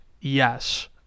Yes